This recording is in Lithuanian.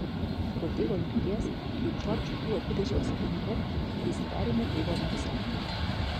po tėvo mirties kai džordžui buvo dvidešimt septyneri jis perėmė tėvo verslą